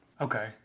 Okay